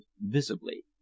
visibly